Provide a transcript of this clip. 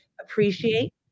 appreciate